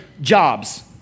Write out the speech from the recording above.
jobs